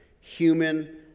Human